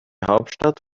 hauptstadt